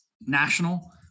national